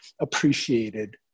appreciated